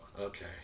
okay